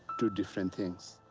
two different things.